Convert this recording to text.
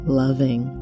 loving